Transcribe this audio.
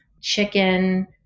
chicken